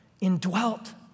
indwelt